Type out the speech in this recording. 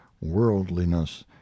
worldliness